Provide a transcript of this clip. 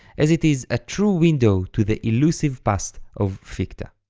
as it is a true window to the illusive past of ficta.